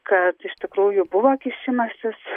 kad iš tikrųjų buvo kišimasis